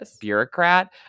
bureaucrat